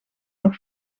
nog